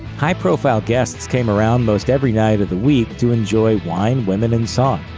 high-profile guests came around most every night of the week to enjoy wine, women, and song.